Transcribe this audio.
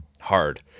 hard